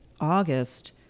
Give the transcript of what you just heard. August